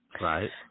Right